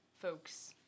folks